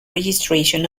registration